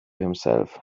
himself